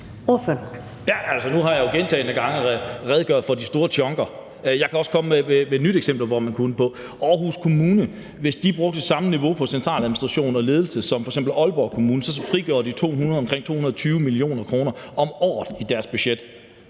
nu har jeg jo gentagne gange redegjort for de store stykker, og jeg kan også komme med et nyt eksempel, hvor man kunne det. Hvis Aarhus Kommune brugte det samme niveau på centraladministration og ledelse som f.eks. Aalborg Kommune, frigjorde de omkring 220 mio. kr. om året i deres budget.